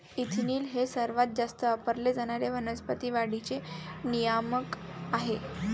ethylene हे सर्वात जास्त वापरले जाणारे वनस्पती वाढीचे नियामक आहे